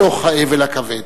בתוך האבל הכבד.